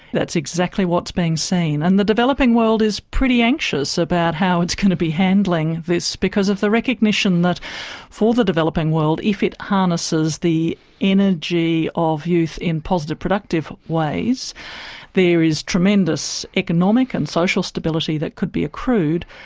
that's exactly what's been seen and the developing world is pretty anxious about how it's going to be handling this because of the recognition that for the developing world if it harnesses the energy of youth in positive productive ways there is tremendous economic and social stability that could be accrued.